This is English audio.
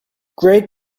great